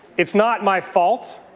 it's not my fault